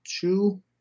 two